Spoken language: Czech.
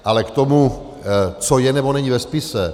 Ale k tomu, co je nebo není ve spise.